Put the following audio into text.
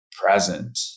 Present